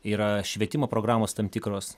yra švietimo programos tam tikros